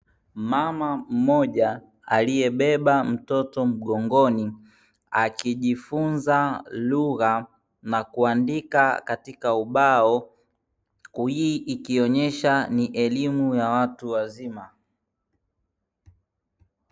Mama mmoja aliyebeba mtoto mgongoni, akijifunza lugha na kuandika katika ubao. Hii ikionyesha ni elimu ya watu wazima.